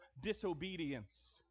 disobedience